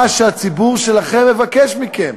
מה שהציבור שלכם מבקש מכם.